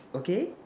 okay